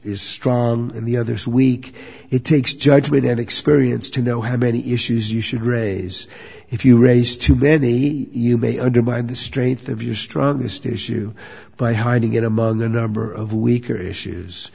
strong and the other's weak it takes judgment and experience to know how many issues you should raise if you raise too many you may undermine the strength of your strongest issue by hiding it among a number of weaker issues